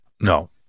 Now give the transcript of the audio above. No